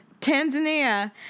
Tanzania